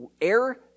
air